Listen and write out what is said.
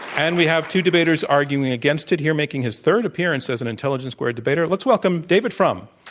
and we have two debaters arguing against it. here, making his third appearance as an intelligence squared debater, let's welcome david frum.